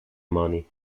money